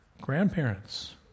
grandparents